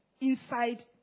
inside